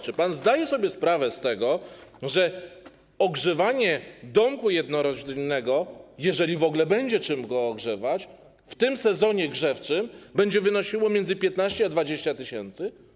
Czy pan zdaje sobie sprawę z tego, że koszt ogrzewania domku jednorodzinnego, jeżeli w ogóle będzie czym go ogrzewać, w tym sezonie grzewczym będzie wynosił między 15 a 20 tys.